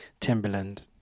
Timberland